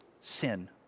sin